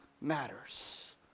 matters